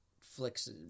flicks